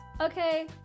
okay